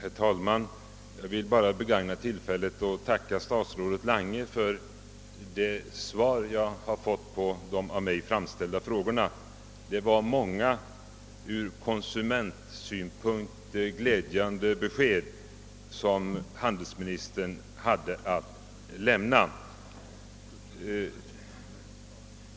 Herr talman! Jag vill bara begagna tillfället att tacka statsrådet Lange för det svar jag har fått på de av mig framställda frågorna. Det var många ur konsumentsynpunkt glädjande besked som handelsministern hade att lämna.